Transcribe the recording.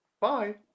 Bye